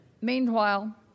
Meanwhile